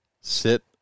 Sit